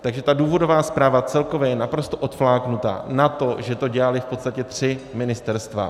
Takže ta důvodová zpráva celkově je naprosto odfláknutá na to, že to dělala v podstatě tři ministerstva.